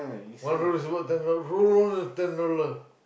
one roll is equal ten dollars roll roll roll ten dollar